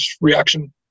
reaction